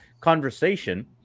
conversation